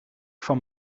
van